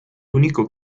único